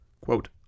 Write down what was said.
Quote